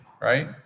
right